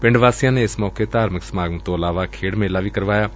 ਪਿੰਡ ਵਾਸੀਆਂ ਨੇ ਏਸ ਮੌਕੇ ਧਾਰਮਿਕ ਸਮਾਗਮ ਤੋਂ ਇਲਾਵਾ ਖੇਡ ਮੇਲਾ ਵੀ ਕਰਵਾਇਆ ਗਿਆ